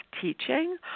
teaching